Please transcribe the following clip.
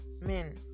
men